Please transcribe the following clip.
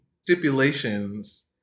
stipulations